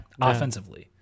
offensively